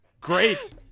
Great